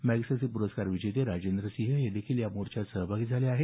Magsaysay पुरस्कार विजेते राजेंद्र सिंह हे देखील या मोर्चात सहभागी झाले आहेत